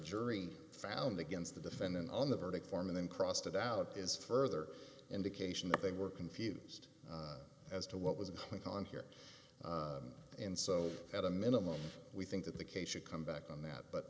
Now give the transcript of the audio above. jury found against the defendant on the verdict form and then crossed it out is further indication that they were confused as to what was going on here and so at a minimum we think that the case should come back on that but